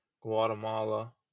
Guatemala